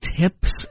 tips